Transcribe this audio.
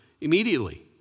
immediately